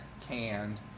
canned